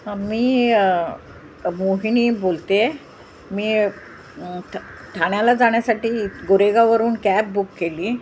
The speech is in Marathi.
मी मोहिणी बोलते मी ठाण्याला जाण्यासाठी गोरेगावरून कॅब बुक केली